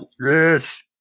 Yes